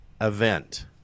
event